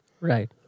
Right